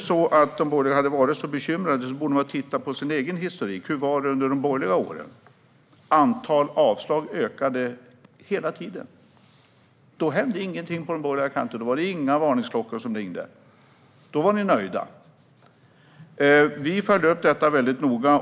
Men om de borgerliga partierna är så bekymrade borde de ha tittat på sin egen historik. Hur var det under de borgerliga åren? Antal avslag ökade hela tiden. Då hände ingenting på den borgerliga kanten, och då var det inga varningsklockor som ringde. Då var ni nöjda. Vi följer upp detta mycket noga.